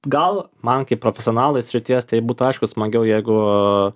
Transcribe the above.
gal man kaip profesionalui srities tai būtų aišku smagiau jeigu